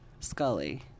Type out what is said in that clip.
scully